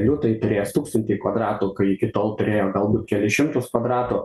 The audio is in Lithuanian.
liūtai turės tūkstantį kvadratų kai iki tol turėjo galbūt kelis šimtus kvadratų